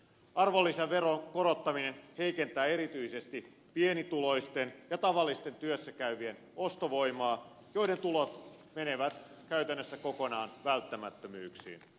arvonlisäveron korottaminen heikentää erityisesti pienituloisten ja tavallisten työssä käyvien ostovoimaa joiden tulot menevät käytännössä kokonaan välttämättömyyksiin